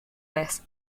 this